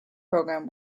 program